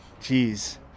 Jeez